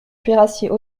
cuirassiers